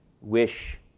wish